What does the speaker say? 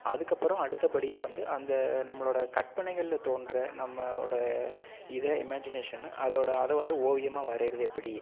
அதுக்கப்புறம் அடுத்தபடியாக வந்து அந்த நம்மளோடய கற்பனைகளில் தோன்ற நம்மளோட இதை இமேஜினேஷனு அதோடய அதை வந்து ஓவியமாக வரைகிறது எப்படி